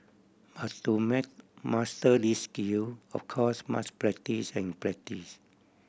but to master these skill of course must practise and practise